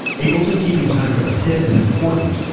ableton keeping time for the pit is important,